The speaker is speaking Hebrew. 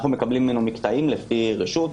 אנו מקבלים ממנו מקטעים לפי רשות,